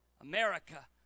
America